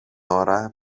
ώρα